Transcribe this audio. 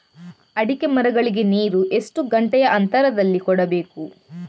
ಅಡಿಕೆ ಮರಗಳಿಗೆ ನೀರು ಎಷ್ಟು ಗಂಟೆಯ ಅಂತರದಲಿ ಕೊಡಬೇಕು?